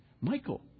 Michael